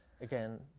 again